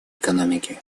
экономике